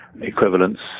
equivalents